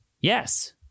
yes